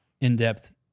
in-depth